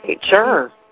sure